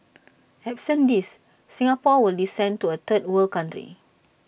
absent these Singapore will descend to A third world country